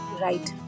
right